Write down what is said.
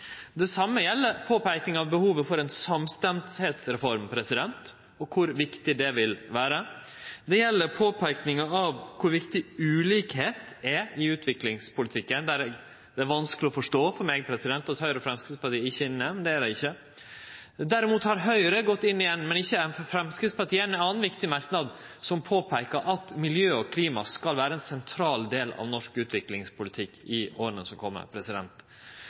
Det same gjeld påpeikinga av behovet for ei samstemtheitsreform og kor viktig det vil vere. Det gjeld påpeikinga av kor viktig ulikheit er i utviklingspolitikken. Der er det vanskeleg for meg å forstå at Høgre og Framstegspartiet ikkje er inne. Det er dei ikkje. Derimot har Høgre, men ikkje Framstegspartiet, gått inn i ein annan viktig merknad, som påpeikar at miljø og klima skal vere ein sentral del av norsk utviklingspolitikk i åra som